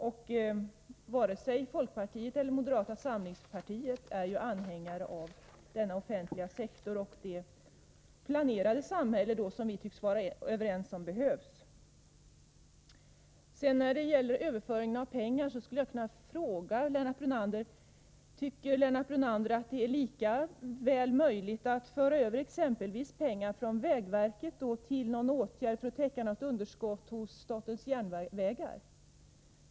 Och varken folkpartiet eller moderata samlingspartiet är anhängare av den offentliga sektor och det planerade samhälle som vi tycks vara överens om behövs. När det sedan gäller överföringen av pengar skulle jag vilja fråga Lennart Brunander: Tycker Lennart Brunander att det, på samma sätt som han vill föra över pengar mellan naturvårdsverket och domänverket, är möjligt att föra över pengar från exempelvis vägverket till någon åtgärd eller för att täcka något underskott hos statens järnvägar?